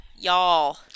Y'all